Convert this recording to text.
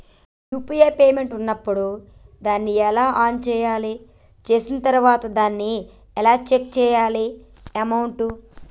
UPI payment ఉన్నప్పుడు దాన్ని ఎలా ఆన్ చేయాలి? చేసిన తర్వాత దాన్ని ఎలా చెక్ చేయాలి అమౌంట్?